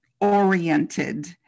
oriented